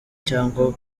cyangwa